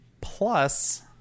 plus